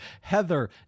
Heather